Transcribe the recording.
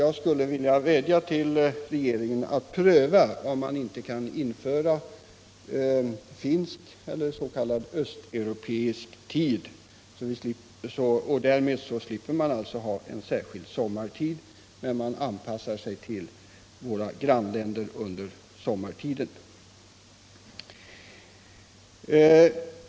Jag skulle vilja vädja till regeringen att pröva om man inte kan införa finsk eller s.k. östeuropeisk tid. Därmed slipper vi införa en särskild sommartid när vi anpassar oss till våra grannländer under sommaren.